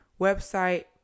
website